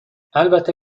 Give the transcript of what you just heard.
البته